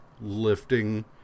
lifting